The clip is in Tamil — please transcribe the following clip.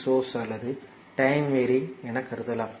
சோர்ஸ் அல்லது டைம் வெரியிங் என கருதலாம்